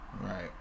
Right